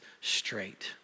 straight